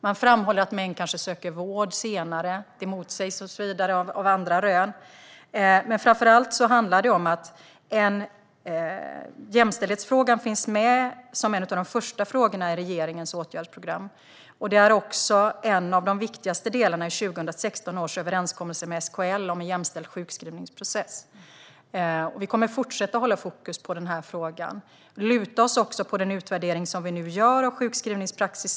Man framhåller att män kanske söker vård senare. Det motsägs av andra rön. Jämställdhetsfrågan finns med som en av de första frågorna i regeringens åtgärdsprogram. Det är också en av de viktigaste delarna i 2016 års överenskommelse med SKL om en jämställd sjukskrivningsprocess. Vi kommer att fortsätta att hålla fokus på frågan. Vi kommer att luta oss mot den utvärdering som nu görs av sjukskrivningspraxis.